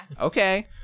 Okay